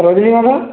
ରଜନୀଗନ୍ଧା